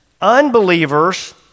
unbelievers